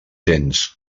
tens